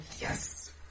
Yes